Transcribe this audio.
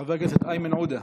חבר הכנסת איימן עודה,